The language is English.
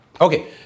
Okay